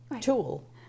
tool